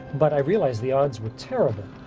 but i realized the odds were terrible.